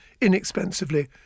inexpensively